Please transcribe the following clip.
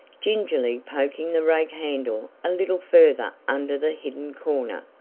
gingerly poking the rake handle a little further under the hidden corner.